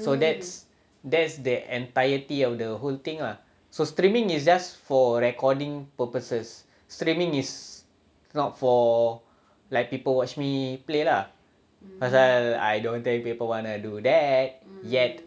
so that's that's the entirety of the whole thing ah so streaming is just for recording purposes streaming is not for like people watch me play lah because I don't think people wanna do that yet